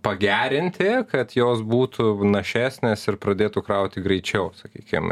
pagerinti kad jos būtų našesnės ir pradėtų krauti greičiau sakykim